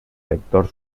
lector